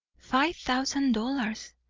five thousand dollars!